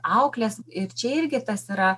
aukles ir čia irgi tas yra